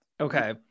okay